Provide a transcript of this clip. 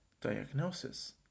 diagnosis